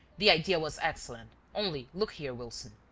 the idea was excellent. only, look here, wilson,